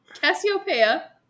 Cassiopeia